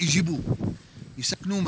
you know